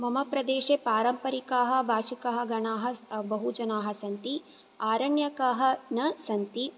मम प्रदेशे पारम्परिकाः भाषिकाः गणाः बहु जनाः सन्ति आरण्यकाः न सन्ति